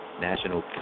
National